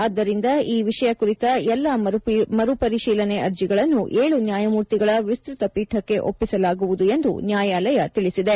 ಆದ್ದರಿಂದ ಈ ವಿಷಯ ಕುರಿತ ಎಲ್ಲಾ ಮರುಪರಿಶೀಲನೆ ಅರ್ಜಿಗಳನ್ನು ಏಳು ನ್ಯಾಯಮೂರ್ತಿಗಳ ವಿಸ್ತೃತ ಪೀಠಕ್ಕೆ ಒಪ್ಸಿಸಲಾಗುವುದು ಎಂದು ನ್ಯಾಯಾಲಯ ತಿಳಿಸಿದೆ